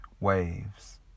waves